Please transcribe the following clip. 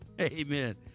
Amen